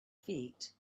feet